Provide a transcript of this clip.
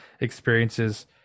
experiences